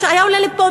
היה עולה לפה,